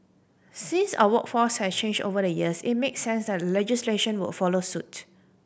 since our workforce has changed over the years it makes sense that legislation would follow suit